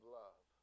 love